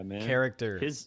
character